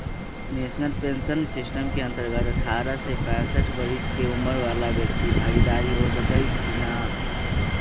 national pension system के अंतर्गत अठारह से पैंसठ बरिश के उमर बला व्यक्ति भागीदार हो सकइ छीन्ह